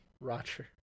Roger